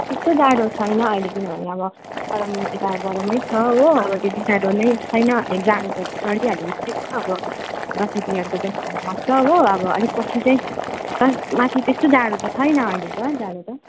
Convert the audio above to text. त्यस्तो जाडो छैन अहिले किनभने अब गरम यता गरम छ हो अब त्यति साह्रो नै छैन अहिले जाडो त चढिहालेको छैन अब दसैँ तिहार को पनि घाम लाग्छ हो अलिक पछि चाहिँ माथि त्यस्तो जाडो त छैन अहिले त जाडो त